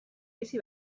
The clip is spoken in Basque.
bizi